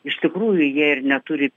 iš tikrųjų jie ir neturi